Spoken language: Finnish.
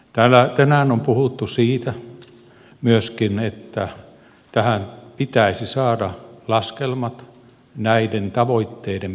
täällä tänään on puhuttu myöskin siitä että pitäisi saada laskelmat näiden tavoitteiden perusteiksi